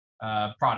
product